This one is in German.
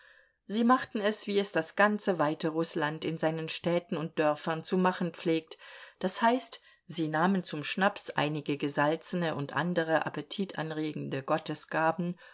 sie machten es wie es das ganze weite rußland in seinen städten und dörfern zu machen pflegt d h sie nahmen zum schnaps einige gesalzene und andere appetitanregende gottesgaben